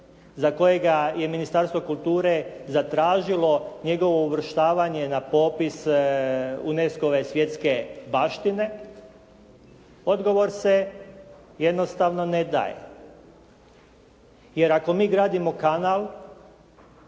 za kojega je Ministarstvo kulture zatražilo njegovo uvrštavanje na popis UNESCO-ove svjetske baštine odgovor se jednostavno ne daje jer ako mi gradimo kanal